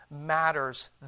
matters